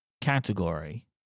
category